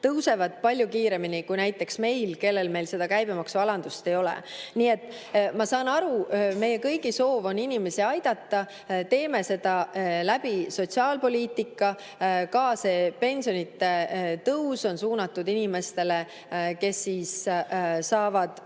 tõusevad palju kiiremini kui näiteks meil, kellel seda käibemaksualandust ei ole. Nii et ma saan aru, meie kõigi soov on inimesi aidata. Teeme seda sotsiaalpoliitika kaudu. Ka see pensionide tõus on suunatud inimestele, kes saavad